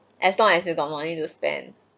as long as you got money to spend